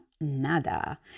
nada